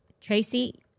Tracy